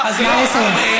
אז נא לסיים.